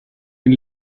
den